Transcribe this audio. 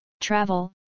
travel